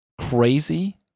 crazy